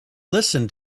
listen